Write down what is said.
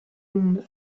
monde